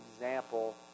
example